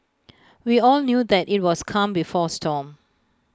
we all knew that IT was calm before storm